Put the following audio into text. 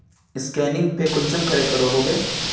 Scanning पे कुंसम करे करो होबे?